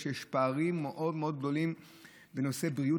שיש פערים מאוד מאוד גדולים בנושא בריאות